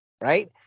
Right